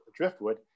driftwood